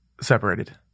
separated